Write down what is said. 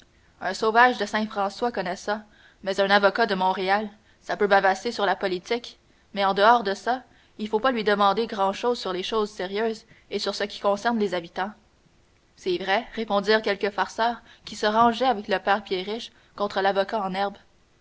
un sauvage de saint françois connaît ça mais un avocat de montréal ça peut bavasser sur la politique mais en dehors de ça faut pas lui demander grand-chose sur les choses sérieuses et sur ce qui concerne les habitants c'est vrai répondirent quelques farceurs qui se rangeaient avec le père pierriche contre l'avocat en herbe